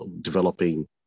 developing